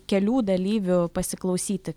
kelių dalyvių pasiklausyti